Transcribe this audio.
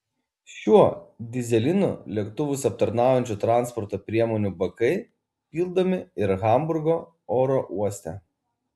šiuo dyzelinu lėktuvus aptarnaujančių transporto priemonių bakai pildomi ir hamburgo oro uoste